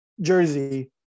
Jersey